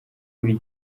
buri